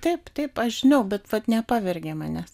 taip taip aš žinau bet vat nepavergė manęs